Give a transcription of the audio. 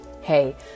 Hey